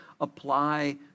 apply